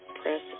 Press